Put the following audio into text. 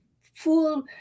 full